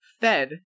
fed